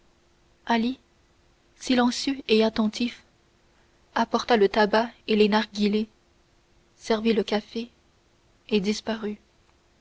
silencieux et attentif apporta le tabac et les narguilés servit le café et disparut